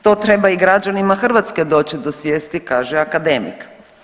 To treba i građanima Hrvatske doći do svijesti kaže akademik.